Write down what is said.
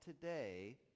today